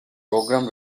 program